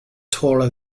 taller